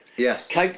Yes